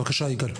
בבקשה, יגאל.